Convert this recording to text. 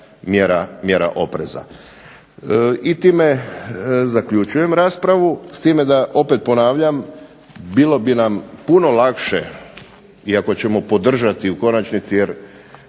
mjera opreza. I time zaključujem raspravu. S time da opet ponavljam bilo bi nam puno lakše iako ćemo podržati u konačnici jer